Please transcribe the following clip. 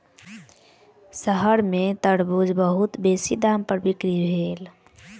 शहर में तरबूज बहुत बेसी दाम पर बिक्री भेल